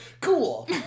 cool